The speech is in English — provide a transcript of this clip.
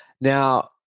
Now